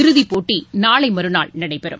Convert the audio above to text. இறுதிப்போட்டி நாளை மறுநாள் நடைபெறும்